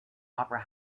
opera